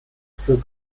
zur